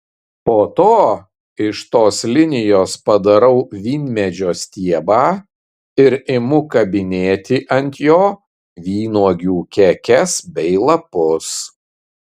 po to iš tos linijos padarau vynmedžio stiebą ir imu kabinėti ant jo vynuogių kekes bei lapus